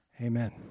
Amen